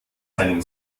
seinem